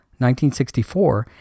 1964